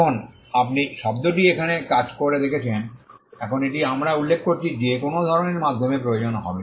এখন আপনি শব্দটি এখানে কাজ করে দেখেছেন এখন এটিই আমরা উল্লেখ করেছি যে কোনও ধরণের মাধ্যমের প্রয়োজন হবে